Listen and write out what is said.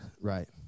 right